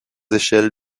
échelles